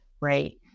right